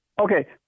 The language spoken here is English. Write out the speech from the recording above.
Okay